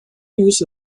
use